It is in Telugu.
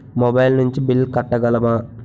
మొబైల్ నుంచి బిల్ కట్టగలమ?